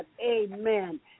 amen